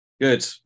good